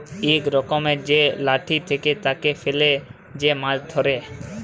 ইক রকমের যে লাঠি থাকে, তাকে ফেলে যে মাছ ধ্যরে